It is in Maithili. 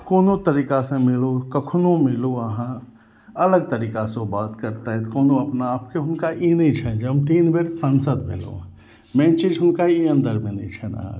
कोनो तरीका से मिलू कखनो मिलू अहाँ अलग तरीका से ओ बात करतथि कोनो अपना आपके हुनका ई नहि छनि जे हम तीन बेर संसद भेलहुॅं मेन चीज हुनका ई अन्दरमे नहि छनि अहाँ